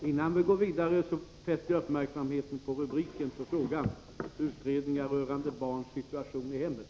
Innan debatten går vidare får jag fästa uppmärksamheten på att rubriken för den fråga som diskuteras är ”utredningar rörande barns situation i hemmet”.